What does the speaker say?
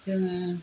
जोङो